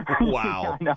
Wow